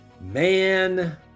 Man